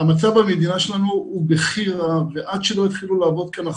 המצב במדינה שלנו הוא בכי רע ועד שלא יתחילו לעבוד כאן נכון,